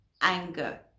anger